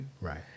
Right